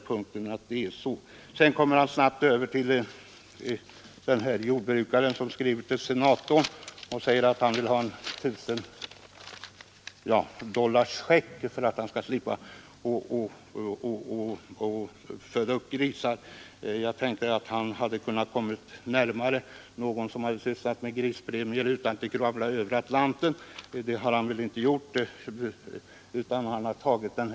Sedan kommer herr Takman snabbt över till en anekdot om en amerikansk jordbrukare som skriver till sin kongressledamot och ber om en tusendollarscheck för att han skall låta bli att föda upp grisar. Jag tycker att herr Takman borde ha kunnat finna någon person som haft befattning med grispremier utan att han behövt kravla över Atlanten.